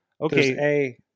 Okay